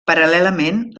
paral·lelament